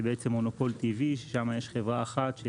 זה בעצם מונופול טבעי ששם יש חברה אחת.